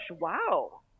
wow